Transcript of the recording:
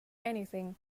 anything